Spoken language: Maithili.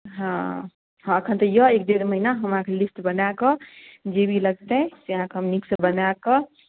हँ हँ एखन तऽ यए एक डेढ़ महीना हम अहाँकेँ लिस्ट बनाए कऽ जे भी लगतै से हम अहाँकेँ नीकसँ बनाए कऽ